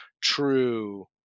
true